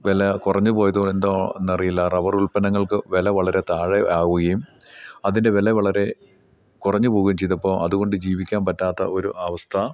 വില കുറഞ്ഞു പോയതോ എന്തോ എന്നറിയില്ല റബ്ബറ് ഉൽപ്പന്നങ്ങൾക്ക് വില വളരെ താഴെ ആവുകയും അതിൻ്റെ വില വളരെ കുറഞ്ഞു പോവുകയും ചെയ്തപ്പോൾ അതുകൊണ്ട് ജീവിക്കാൻ പറ്റാത്ത ഒരു അവസ്ഥ